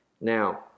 now